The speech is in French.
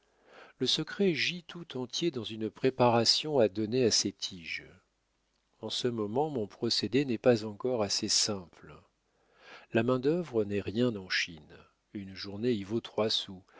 le secret gît tout entier dans une préparation à donner à ces tiges en ce moment mon procédé n'est pas encore assez simple la main-d'œuvre n'est rien en chine une journée y vaut trois sous